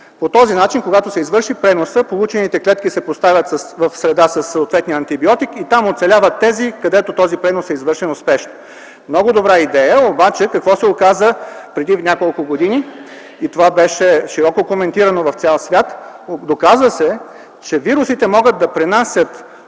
По този начин, когато се извърши преносът, получените клетки се поставят в среда със съответствия антибиотик и там оцеляват тези, където този пренос е извършен успешно. Много добра идея, обаче какво се оказа преди няколко години? Това беше широко коментирано в цял свят. Доказа се, че вирусите могат да пренасят